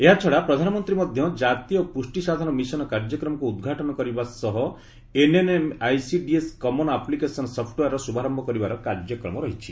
ଏହାଛଡ଼ା ପ୍ରଧାନମନ୍ତ୍ରୀ ମଧ୍ୟ ଜାତୀୟ ପୁଷ୍ଟି ସାଧନ ମିଶନ କାର୍ଯ୍ୟକ୍ରମକୁ ଉଦ୍ଘାଟନ କରିବା ସହ ଏନ୍ଏନ୍ଏମ୍ ଆଇସିଡିଏସ୍ କମନ୍ ଆପ୍ଲିକେସନ୍ ସଫୁଓୟାରର ଶୁଭାରୟ କରିବାର କାର୍ଯ୍ୟକ୍ରମ ରହିଛି